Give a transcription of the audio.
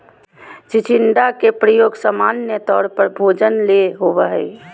चिचिण्डा के प्रयोग सामान्य तौर पर भोजन ले होबो हइ